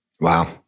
Wow